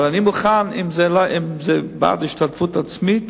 אבל אם זה בא בהשתתפות עצמית,